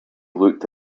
looked